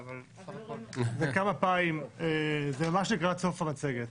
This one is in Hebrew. אבל בסך הכול --- זה ממש לקראת סוף המצגת.